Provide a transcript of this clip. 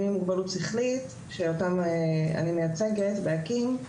עם מוגבלות שכלית שאותם אני מייצגת באקי"ם,